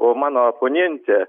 o mano oponentė